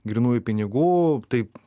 grynųjų pinigų taip